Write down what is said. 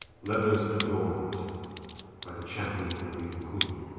leathers adorned by the champion of the raven queen.